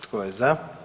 Tko je za?